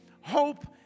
hope